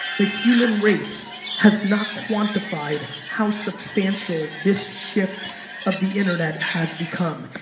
the human race has not quantified how substantial this shift of the internet has become.